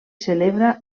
celebra